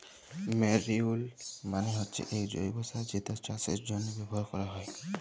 ম্যালইউর মালে হচ্যে এক জৈব্য সার যেটা চাষের জন্হে ব্যবহার ক্যরা হ্যয়